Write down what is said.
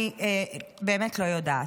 אני באמת לא יודעת.